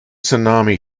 tsunami